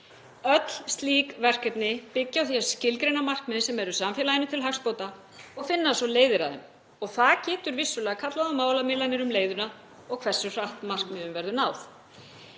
Öll slík verkefni byggja á því að skilgreina markmið sem eru samfélaginu til hagsbóta og finna svo leiðir að þeim, og það getur vissulega kallað á málamiðlanir um leiðina og hversu hratt markmiðum verður náð.